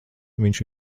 viņš